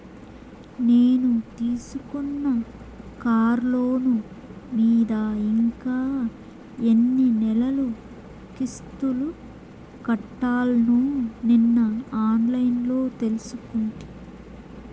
నేను తీసుకున్న కార్లోను మీద ఇంకా ఎన్ని నెలలు కిస్తులు కట్టాల్నో నిన్న ఆన్లైన్లో తెలుసుకుంటి